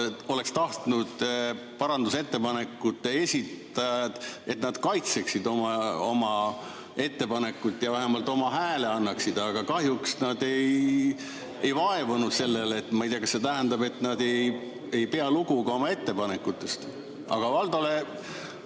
Oleksin tahtnud, et parandusettepanekute esitajad kaitseksid oma ettepanekuid ja vähemalt oma hääle annaksid, aga kahjuks nad ei vaevunud seda tegema. Ma ei tea, kas see tähendab, et nad ei pea ka oma ettepanekutest lugu. Aga Valdole